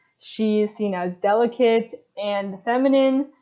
she is seen as delicate and feminine,